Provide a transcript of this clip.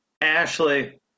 Ashley